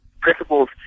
principles